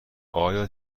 آیا